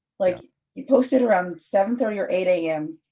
like you posted around seven thirty or eight a m,